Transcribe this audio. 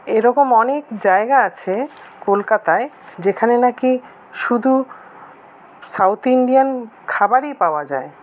এরকম অনেক জায়গা আছে কলকাতায় যেখানে নাকি শুধু সাউথ ইন্ডিয়ান খাবারই পাওয়া যায়